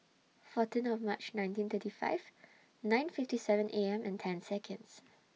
fourteen of March nineteen thirty five nine fifty seven A M and ten Seconds